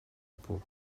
pob